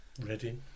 ready